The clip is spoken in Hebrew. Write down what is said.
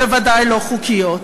בוודאי לא חוקיות.